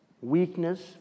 weakness